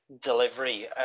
delivery